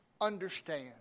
understand